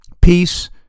peace